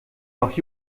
noch